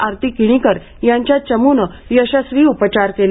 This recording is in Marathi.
आरती किणीकर यांच्या चमूने यशस्वी उपचार केले